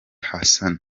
hassan